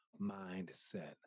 mindset